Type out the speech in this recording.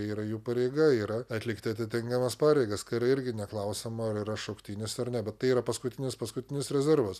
yra jų pareiga yra atlikti atitinkamas pareigas kariai irgi neklausiama ar yra šauktinis ar ne bet tai yra paskutinis paskutinis rezervas